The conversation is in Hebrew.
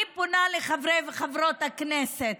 אני פונה לחברי וחברות הכנסת: